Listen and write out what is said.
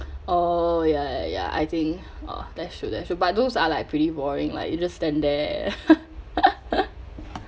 oh ya ya ya I think oh that's true that's true but those are like pretty boring like you just stand there